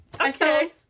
okay